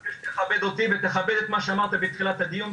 אני מבקש שתכבד אותי ותכבד את מה שאמרת בתחילת הדיון,